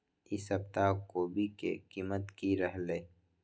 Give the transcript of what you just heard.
ई सप्ताह कोवी के कीमत की रहलै?